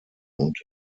und